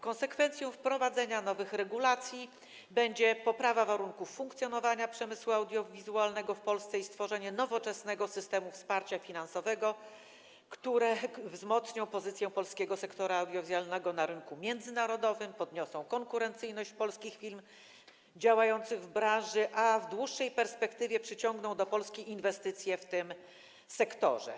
Konsekwencje wprowadzenia nowych regulacji to poprawa warunków funkcjonowania przemysłu audiowizualnego w Polsce i stworzenie nowoczesnego systemu wsparcia finansowego, które wzmocnią pozycję polskiego sektora audiowizualnego na rynku międzynarodowym, podniosą konkurencyjność polskich firm działających w branży, a w dłuższej perspektywie przyciągną do Polski inwestycje w tym sektorze.